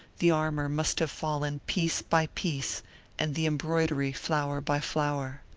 the armor must have fallen piece by piece and the embroidery flower by flower.